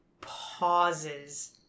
pauses